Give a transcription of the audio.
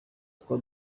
twa